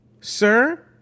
sir